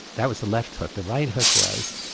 that was the left hook, the right hook was,